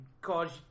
cause